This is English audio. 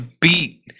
beat